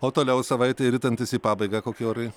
o toliau savaitei ritantis į pabaigą kokie orai